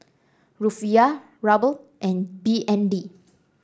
Rufiyaa Ruble and B N D